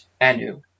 Anu